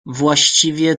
właściwie